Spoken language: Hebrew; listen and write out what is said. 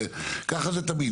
ככה זה תמיד.